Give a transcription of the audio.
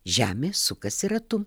žemė sukasi ratu